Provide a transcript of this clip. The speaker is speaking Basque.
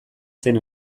zen